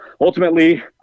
ultimately